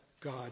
God